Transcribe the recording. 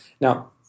Now